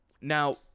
Now